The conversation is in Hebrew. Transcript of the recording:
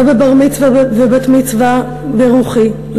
לא בבר-מצווה ובת-מצווה המתאימים לאמונתי ולערכי הקהילה שלי,